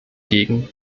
gegen